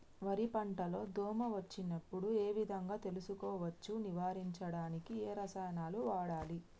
వరి పంట లో దోమ వచ్చినప్పుడు ఏ విధంగా తెలుసుకోవచ్చు? నివారించడానికి ఏ రసాయనాలు వాడాలి?